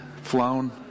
Flown